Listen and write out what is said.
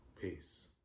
peace